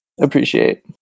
appreciate